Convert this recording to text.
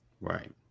Right